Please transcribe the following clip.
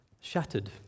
shattered